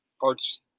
parts